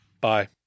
Bye